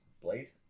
Blade